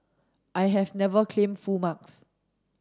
I have never claimed full marks